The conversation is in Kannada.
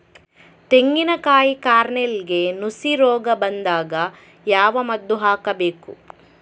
ತೆಂಗಿನ ಕಾಯಿ ಕಾರ್ನೆಲ್ಗೆ ನುಸಿ ರೋಗ ಬಂದಾಗ ಯಾವ ಮದ್ದು ಹಾಕಬೇಕು?